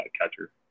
catcher